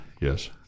yes